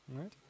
right